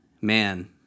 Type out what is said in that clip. man